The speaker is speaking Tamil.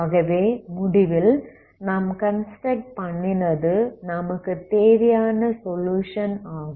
ஆகவே முடிவில் நாம் கன்ஸ்ட்ரக்ட் பண்ணினது நமக்கு தேவையான சொலுயுஷன் ஆகும்